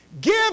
give